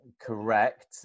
correct